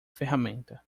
ferramenta